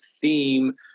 theme